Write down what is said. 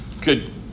good